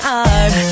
art